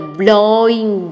blowing